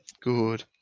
Good